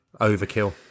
overkill